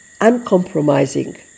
uncompromising